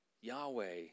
Yahweh